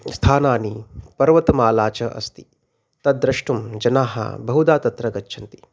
स्थानानि पर्वतमाला च अस्ति तद्द्रष्टुं जनाः बहुदा तत्र गच्छन्ति